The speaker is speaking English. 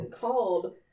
called